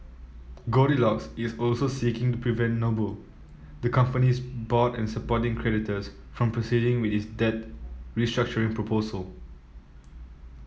goldilocks is also seeking to prevent Noble the company's board and supporting creditors from proceeding with its debt restructuring proposal